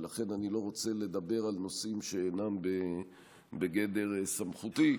ולכן אני לא רוצה לדבר על נושאים שאינם בגדר סמכותי,